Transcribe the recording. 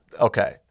okay